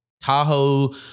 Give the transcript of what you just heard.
Tahoe